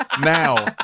Now